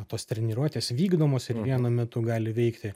tos treniruotės vykdomos ir vienu metu gali veikti